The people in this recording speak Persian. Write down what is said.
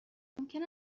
ممکن